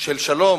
של שלום